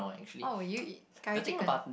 what would you eat curry chicken